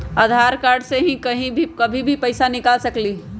आधार card से कहीं भी कभी पईसा निकाल सकलहु ह?